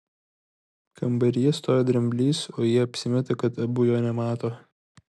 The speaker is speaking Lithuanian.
kambaryje stovi dramblys o jie apsimeta kad abu jo nemato